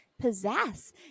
possess